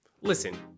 Listen